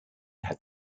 had